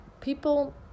People